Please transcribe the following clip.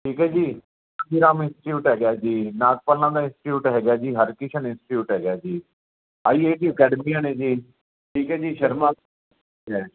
ਠੀਕ ਹੈ ਜੀ ਸ਼੍ਰੀਰਾਮ ਇੰਸਟੀਚਿਊਟ ਹੈਗਾ ਜੀ ਨਾਗਪਾਲਾਂ ਦਾ ਇੰਸਟੀਟਿਊਟ ਹੈਗਾ ਜੀ ਹਰਕਿਸ਼ਨ ਇੰਸਟੀਟਿਊਟ ਹੈਗਾ ਜੀ ਆਈ ਏ ਟੀ ਅਕੈਡਮੀਆਂ ਨੇ ਜੀ ਠੀਕ ਹੈ ਜੀ ਸ਼ਰਮਾ ਹੈ